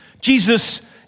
Jesus